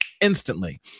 instantly